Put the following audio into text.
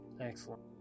Excellent